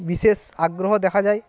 বিশেষ আগ্রহ দেখা যায়